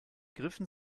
griffen